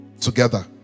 Together